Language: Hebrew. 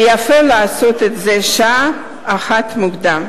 ויפה לעשות את זה שעה אחת קודם.